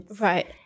Right